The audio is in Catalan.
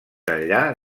enllà